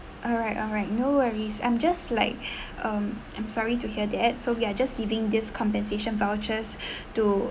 alright alright no worries I'm just like um I'm sorry to hear that so we are just giving this compensation vouchers to